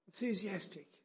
enthusiastic